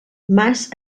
mas